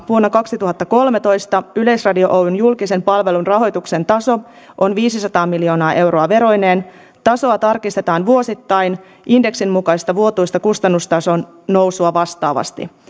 vuonna kaksituhattakolmetoista yleisradio oyn julkisen palvelun rahoituksen taso on viisisataa miljoonaa euroa veroineen tasoa tarkistetaan vuosittain indeksin mukaista vuotuista kustannustason nousua vastaavasti